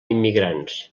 immigrants